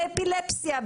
באפילפסיה,